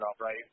right